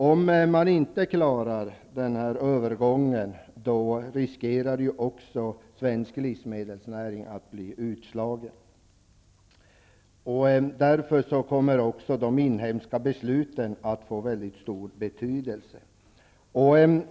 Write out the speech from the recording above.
Om vi inte klarar övergången riskerar den svenska livsmedelsnäringen att bli utslagen. Därför kommer också de inhemska besluten att få väldigt stor betydelse.